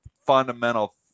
fundamental